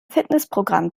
fitnessprogramm